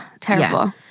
Terrible